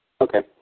Okay